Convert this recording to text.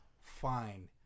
Fine